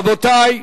רבותי,